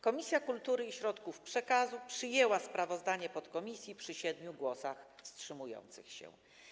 Komisja Kultury i Środków Przekazu przyjęła sprawozdanie podkomisji przy 7 głosach wstrzymujących się.